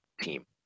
team